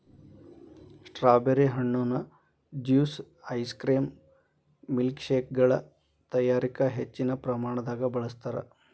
strawberry ಹಣ್ಣುನ juice ice cream ಮಿಲ್ಕ್ಶೇಕಗಳ ತಯಾರಿಕ ಹೆಚ್ಚಿನ ಪ್ರಮಾಣದಾಗ ಬಳಸ್ತಾರ್